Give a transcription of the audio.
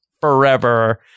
forever